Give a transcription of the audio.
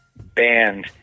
band